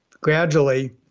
gradually